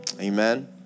Amen